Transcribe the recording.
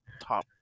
Top